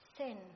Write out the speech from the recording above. Sin